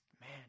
man